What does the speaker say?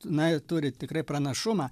na turi tikrai pranašumą